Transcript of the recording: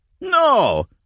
No